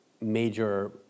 major